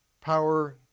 power